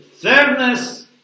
fairness